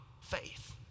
faith